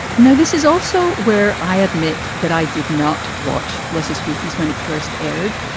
no. this is also where i admit that i did not watch lucy spookies when it first aired.